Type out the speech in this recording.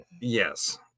Yes